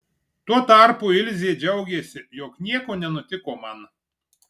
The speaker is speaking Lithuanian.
tuo tarpu ilzė džiaugėsi jog nieko nenutiko man